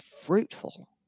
fruitful